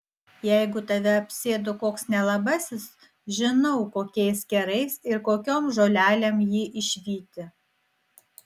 jeigu tave apsėdo koks nelabasis žinau kokiais kerais ir kokiom žolelėm jį išvyti